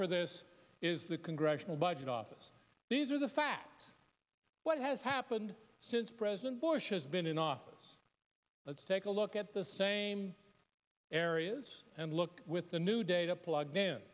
for this is the congressional budget office these are the facts what has happened since president bush has been in office let's take a look at the same areas and look with the new data plug